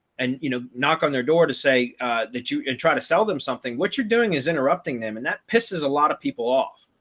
and you know, knock on their door to say that you try to sell them something, what you're doing is interrupting them. and that pisses a lot of people off.